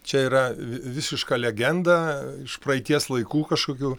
čia yra vi visiška legenda iš praeities laikų kažkokių